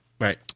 right